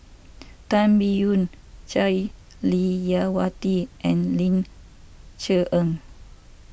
Tan Biyun Jah Lelawati and Ling Cher Eng